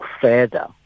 further